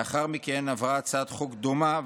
לאחר מכן עברה הצעת חוק דומה,